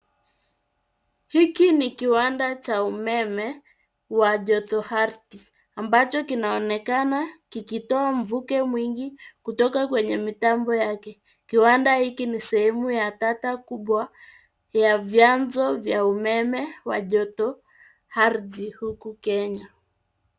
Hiki ni kiwanda cha umeme wa joto ardhi ambacho kinaonekana kikitoa mvuke mwingi kutoka kwenye mitambo yake, kiwanda hiki ni shemu ya data kubwa ya vyanzo vya umeme wa joto ardhi huku Kenya.